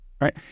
right